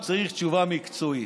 הוא צריך תשובה מקצועית.